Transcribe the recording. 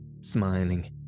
smiling